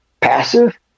passive